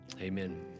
Amen